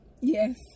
Yes